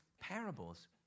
parables